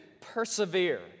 persevere